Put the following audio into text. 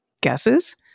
Guesses